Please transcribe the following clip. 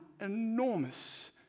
enormous